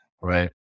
Right